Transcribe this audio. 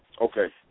Okay